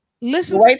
Listen